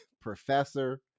professor